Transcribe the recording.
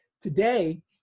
Today